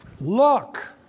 Look